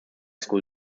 school